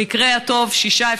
במקרה הטוב שישה,